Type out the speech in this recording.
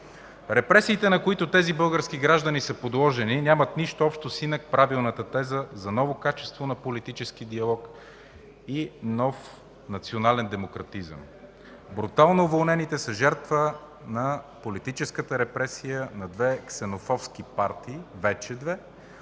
Репресиите, на които тези български граждани са подложени, нямат нищо общо с инак правилната теза за ново качество на политическия диалог и нов национален демократизъм. Брутално уволнените са жертва на политическата репресия на две ксенофобски партии, вече две,